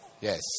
Yes